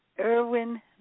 Irwin